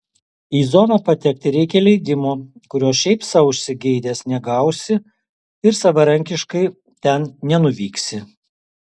į zoną patekti reikia leidimo kurio šiaip sau užsigeidęs negausi ir savarankiškai ten nenuvyksi